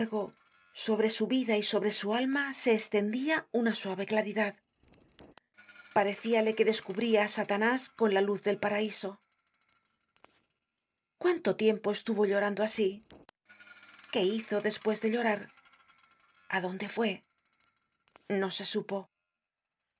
sobre su vida y sobre su alma se estendia urta suave claridad parecíale que descubría á satanás con la luz del paraiso content from google book search generated at cuánto tiempo estuvo llorando asi qué hizo despues de llorar a dónde fue no se supo